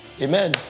Amen